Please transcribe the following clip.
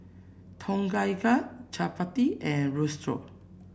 Tom Kha Gai Chapati and Risotto